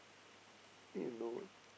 need to know